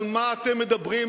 על מה אתם מדברים?